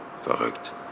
verrückt